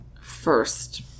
first